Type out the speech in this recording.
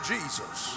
Jesus